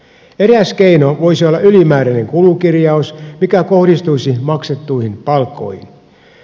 eräs keino voisi olla ylimääräinen kulukirjaus mikä kohdistuisi maksettuihin palkkoihin